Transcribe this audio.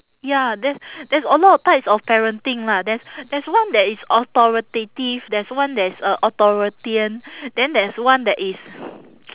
ya there there's a lot of types of parenting lah there's there's one that is authoritative there's one that is uh authoritarian then there is one that is